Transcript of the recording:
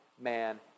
man